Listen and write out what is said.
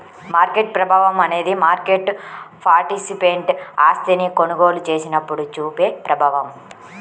market ప్రభావం అనేది market participant ఆస్తిని కొనుగోలు చేసినప్పుడు చూపే ప్రభావం